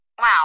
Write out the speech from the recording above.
Wow